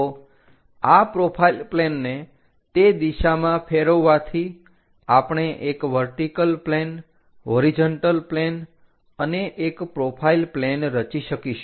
તો આ પ્રોફાઈલ પ્લેનને તે દિશામાં ફેરવવાથી આપણે એક વર્ટિકલ પ્લેન હોરીજન્ટલ પ્લેન અને એક પ્રોફાઇલ પ્લેન રચી શકીશું